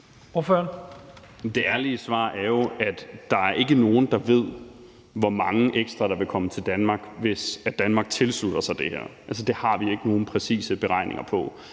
Det ærlige svar er jo, at der ikke er nogen, der ved, hvor mange ekstra der vil komme til Danmark, hvis Danmark tilslutter sig det her. Altså, det har vi ikke nogen præcise beregninger på.